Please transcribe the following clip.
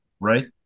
Right